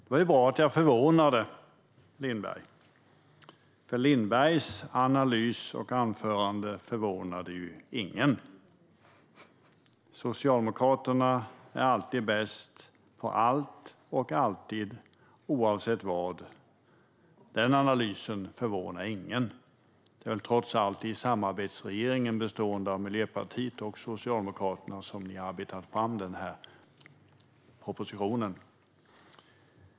Det var bra att jag förvånade Teres Lindberg, för Lindbergs analys och anförande förvånade ju ingen. Socialdemokraterna är alltid bäst på allt och alltid, oavsett vad. Den analysen förvånar ingen. Men det är trots allt i samarbetsregeringen, bestående av Miljöpartiet och Socialdemokraterna, som ni har arbetat fram propositionen.